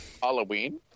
Halloween